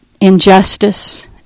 injustice